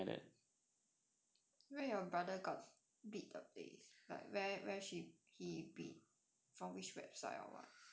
where your brother got bid the place like where where she he bid from which website or what